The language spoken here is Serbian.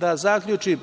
da zaključim,